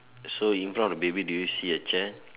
so in front of the baby do you see a chair